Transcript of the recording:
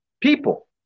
people